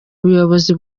ubuyobozi